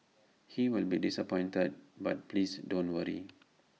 he will be disappointed but please don't worry